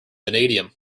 vanadium